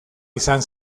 izan